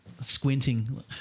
Squinting